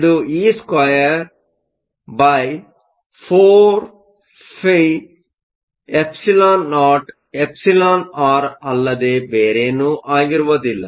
ಇದು e24φεoεr ಅಲ್ಲದೇ ಬೇರೆನೂ ಆಗಿರುವುದಿಲ್ಲ